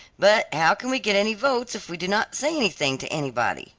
but how can we get any votes if we do not say anything to anybody?